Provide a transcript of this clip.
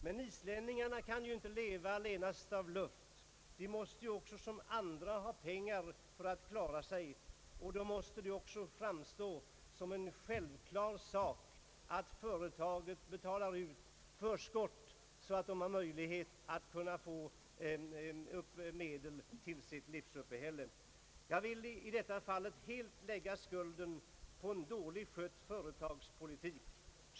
Men islänningarna kan ju inte leva allenast av luft. De måste som andra ha pengar för att klara sig, och då måste det framstå som en självklar sak att företaget betalar ut förskott så att de har möjlighet att få medel till sitt livsuppehälle. Jag vill i detta fall helt lägga skulden på en dåligt skött företagspolitik.